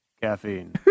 caffeine